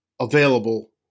available